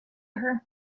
her